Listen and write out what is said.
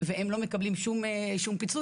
והם לא מקבלים שום פיצוי,